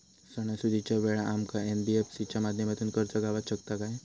सणासुदीच्या वेळा आमका एन.बी.एफ.सी च्या माध्यमातून कर्ज गावात शकता काय?